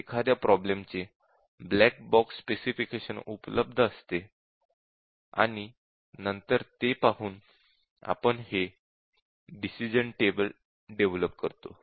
एखाद्या प्रॉब्लेम चे black box specification उपलब्ध असते आणि नंतर ते पाहून आपण हे डिसिश़न टेबल डेव्हलप करतो